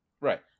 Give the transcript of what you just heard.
Right